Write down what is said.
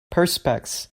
perspex